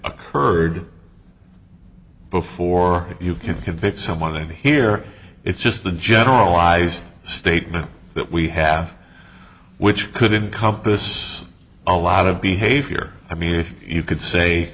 occurred before you can convict someone of that here it's just the generalized statement that we have which could have compassed a lot of behavior i mean if you could say